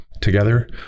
together